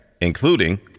including